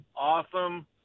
awesome